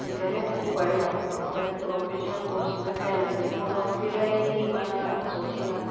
जे कॾहिं हू पढ़िया ताकी प्रोफेशनल कोर्स न कयल अथनि त उहो नौकिरी लाइ ई माना सोचींदा